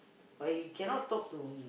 but he cannot talk to